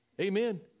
Amen